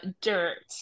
dirt